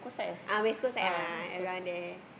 ah West-Coast-Sec ah around there